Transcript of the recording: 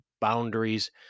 boundaries